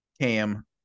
Cam